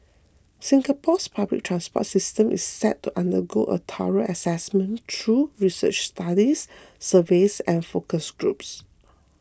Singapore's public transport system is set to undergo a thorough assessment through research studies surveys and focus groups